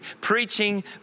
preaching